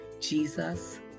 Jesus